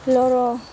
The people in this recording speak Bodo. लर